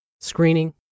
screening